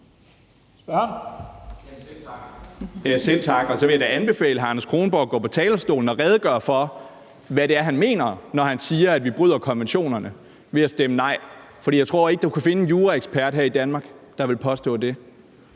jeg da anbefale hr. Anders Kronborg at gå på talerstolen og redegøre for, hvad det er, han mener, når han siger, at vi bryder konventionerne ved at stemme nej. For jeg tror ikke, at du kan finde en juraekspert her i Danmark, der vil påstå det.